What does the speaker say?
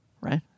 right